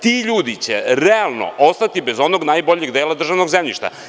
Ti ljudi će realno ostati bez onog najboljeg državnog zemljišta.